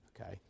okay